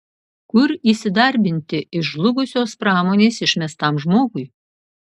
kur įsidarbinti iš žlugusios pramonės išmestam žmogui